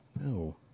No